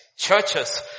churches